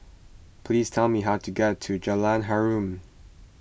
please tell me how to get to Jalan Harum